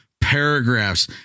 paragraphs